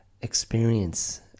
experience